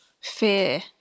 fear